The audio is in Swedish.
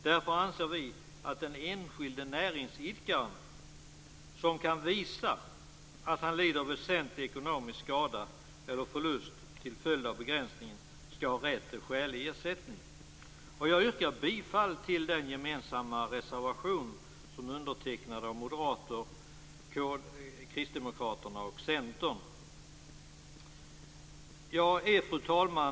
Därför anser vi att den enskilde näringsidkare som kan visa att han lider väsentlig ekonomisk skada eller förlust till följd av begränsningen skall få rätt till skälig ersättning. Jag yrkar bifall till den gemensamma reservationen undertecknad av moderater, kristdemokrater och centerpartister. Fru talman!